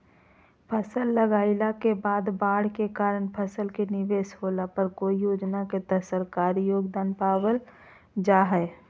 फसल लगाईला के बाद बाढ़ के कारण फसल के निवेस होला पर कौन योजना के तहत सरकारी योगदान पाबल जा हय?